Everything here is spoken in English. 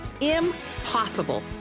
Impossible